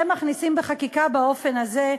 זה מכניסים בחקיקה באופן הזה?